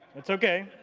it's okay,